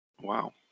Wow